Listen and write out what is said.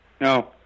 No